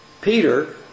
Peter